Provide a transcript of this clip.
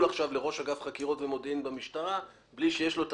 עכשיו לראש אגף חקירות ומודיעין במשטרה בלי שיש לו את